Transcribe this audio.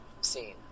scene